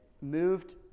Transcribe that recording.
moved